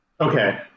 Okay